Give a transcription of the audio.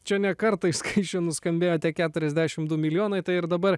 čia ne kartą iš skaisčio nuskambėjo tie keturiasdešim du milijonai tai ir dabar